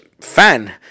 fan